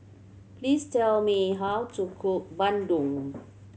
please tell me how to cook bandung